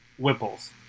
Whipples